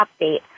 update